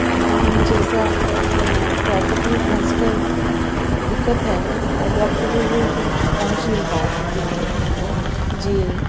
ہاں مجھے ایسا ٹریفک میں پھنس کر دقت ہے نا اور وقت پہ بھی پھر پہنچ نہیں پاؤں گی پھر میں جی